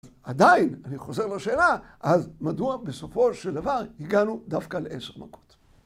עדיין, אני חוזר לשאלה, אז מדוע בסופו של דבר הגענו דווקא ל-10 מכות?